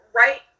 right